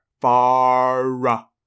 far